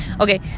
okay